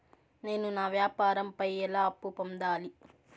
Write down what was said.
నేను నా వ్యాపారం పై ఎలా అప్పు పొందాలి?